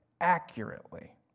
accurately